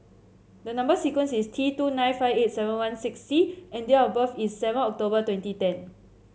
the number sequence is T two nine five eight seven one six C and date of birth is seven October twenty ten